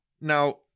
Now